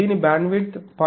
దీని బ్యాండ్విడ్త్ 0